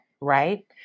right